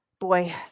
boy